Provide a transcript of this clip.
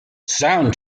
sound